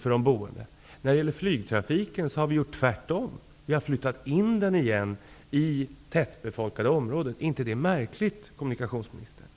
för de boende. När det gäller flygtrafiken har vi gjort tvärtom: vi har flyttat in den igen i tättbefolkade områden. Är inte det märkligt, kommunikationsministern?